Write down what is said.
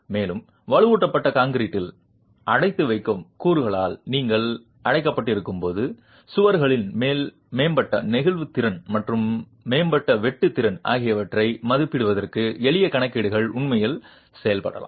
மேலும் வலுவூட்டப்பட்ட கான்கிரீட்டில் அடைத்து வைக்கும் கூறுகளால் நீங்கள் அடைக்கப்பட்டிருக்கும் போது சுவர்களின் மேம்பட்ட நெகிழ்வு திறன் மற்றும் மேம்பட்ட வெட்டு திறன் ஆகியவற்றை மதிப்பிடுவதற்கு எளிய கணக்கீடுகள் உண்மையில் செய்யப்படலாம்